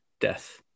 death